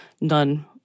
none